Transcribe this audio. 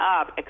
up